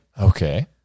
Okay